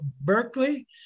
Berkeley